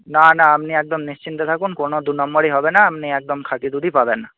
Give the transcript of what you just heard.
না না আপনি একদম নিশ্চিন্তে থাকুন কোনো দু নম্বরি হবে না আপনি একদম খাঁটি দুধই পাবেন